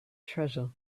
treasure